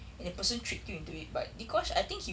and the person tricked you into it but dee kosh I think he